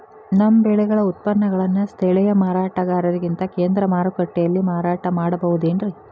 ನಮ್ಮ ಬೆಳೆಗಳ ಉತ್ಪನ್ನಗಳನ್ನ ಸ್ಥಳೇಯ ಮಾರಾಟಗಾರರಿಗಿಂತ ಕೇಂದ್ರ ಮಾರುಕಟ್ಟೆಯಲ್ಲಿ ಮಾರಾಟ ಮಾಡಬಹುದೇನ್ರಿ?